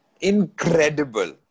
incredible